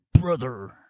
brother